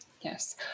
Yes